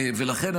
ולכן,